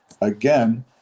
Again